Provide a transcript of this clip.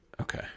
Okay